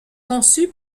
conçu